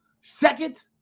second